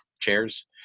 chairs